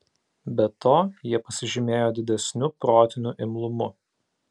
be to jie pasižymėjo didesniu protiniu imlumu